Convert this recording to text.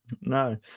No